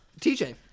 TJ